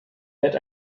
wird